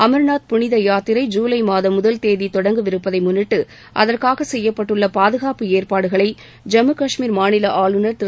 அர்நாத் புனித யாத்திரை ஜுலை மாதம் முதல் தேதி தொடங்கவிருப்பதை முன்னிட்டு அதற்காக செய்யப்பட்டுள்ள பாதுகாப்பு ஏற்பாடுகளை ஜம்மு கஷ்மீர் மாநில ஆளுநர் திரு